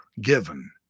given